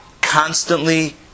constantly